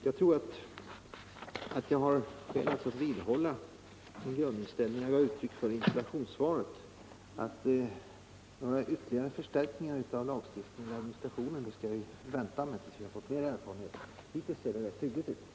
Jag tror jag har anledning att vidhålla den grundinställning jag gav uttryck för i interpellationssvaret, nämligen att vi skall vänta med några ytterligare förstärkningar av lagstiftningen och administrationen tills vi fått mera erfarenhet. Hittills ser det rätt hyggligt ut.